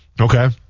Okay